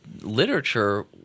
literature